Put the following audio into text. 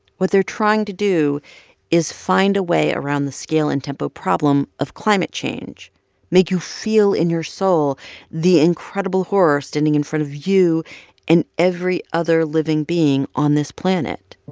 what they're trying to do is find a way around the scale and tempo problem of climate change make you feel in your soul the incredible horror standing in front of you and every other living being on this planet.